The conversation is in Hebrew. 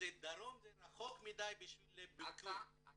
דרום זה רחוק מדי בשביל --- אתה